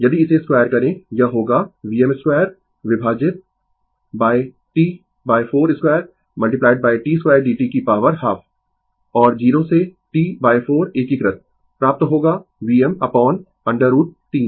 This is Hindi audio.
यदि इसे 2 करें यह होगा Vm2 विभाजित T42 T2dt की पावर हाफ और 0 से T4 एकीकृत प्राप्त होगा Vm अपोन √3